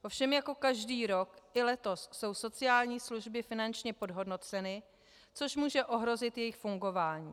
Ovšem jako každý rok, i letos jsou sociální služby finančně podhodnoceny, což může ohrozit jejich fungování.